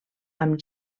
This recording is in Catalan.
amb